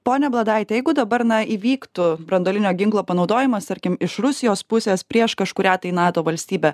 pone bladaite jeigu dabar na įvyktų branduolinio ginklo panaudojimas tarkim iš rusijos pusės prieš kažkurią tai nato valstybę